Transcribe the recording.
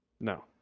No